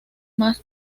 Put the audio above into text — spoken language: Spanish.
más